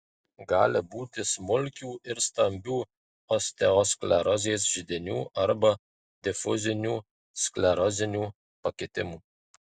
gali būti smulkių ir stambių osteosklerozės židinių arba difuzinių sklerozinių pakitimų